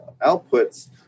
outputs